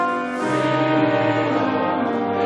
בשעה 16:00. ישיבה זו נעולה.